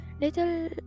Little